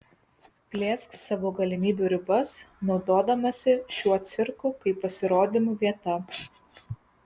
plėsk savo galimybių ribas naudodamasi šiuo cirku kaip pasirodymų vieta